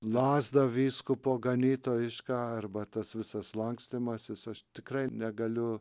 lazdą vyskupo ganytojišką arba tas visas lankstymasis aš tikrai negaliu